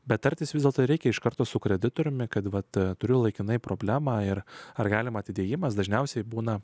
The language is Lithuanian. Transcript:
bet tartis vis dėlto reikia iš karto su kreditoriumi kad vat turiu laikinai problemą ir ar galima atidėjimas dažniausiai būna